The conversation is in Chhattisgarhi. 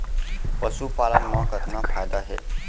पशुपालन मा कतना फायदा हे?